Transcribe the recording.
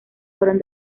fueron